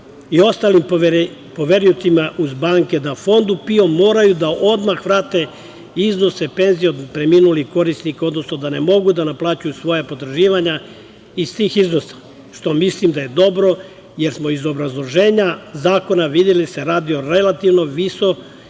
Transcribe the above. i ostalim poveriocima, uz banke, da Fondu PIO moraju da odmah vrate iznose penzija od preminulih korisnika, odnosno da ne mogu da naplaćuju svoja potraživanja istih iznosa, što mislim da je dobro, jer smo iz obrazloženja zakona videli da se radi o relativno visokim